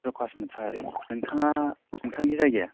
प्रकास मुसाहारि नोंथाङा नोंथांनि जायगाया